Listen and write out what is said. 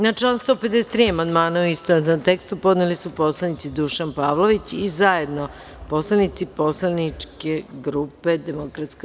Na član 153. amandmane u istovetnom tekstu podneli su poslanici Dušan Pavlović i zajedno poslanici poslaničke grupe DS.